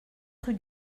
rue